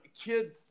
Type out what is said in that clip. kid